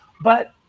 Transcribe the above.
but-